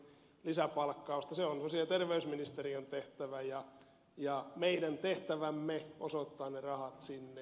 on sosiaali ja terveysministeriön tehtävä ja meidän tehtävämme osoittaa ne rahat sinne